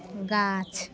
गाछ